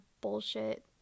bullshit